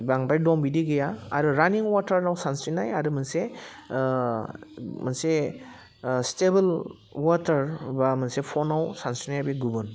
बांद्राय दम बिदि गैया आरो रानिं अवाटाराव सानस्रिनाय आरो मोनसे मोनसे स्टेबोल अवाटार बा मोनसे पन्डआव सानस्रिनाय बे गुबुन